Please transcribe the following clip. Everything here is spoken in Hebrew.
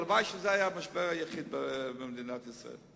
הלוואי שזה היה המשבר היחיד במדינת ישראל.